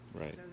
Right